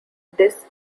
this